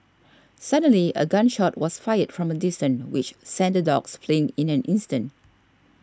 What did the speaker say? suddenly a gun shot was fired from a distance which sent the dogs fleeing in an instant